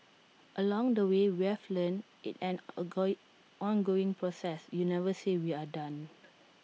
along the way we've learnt IT an ongoing ongoing process you never say we're done